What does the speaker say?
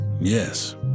yes